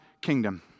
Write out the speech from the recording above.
kingdom